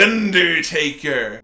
Undertaker